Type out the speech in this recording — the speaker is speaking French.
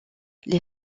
les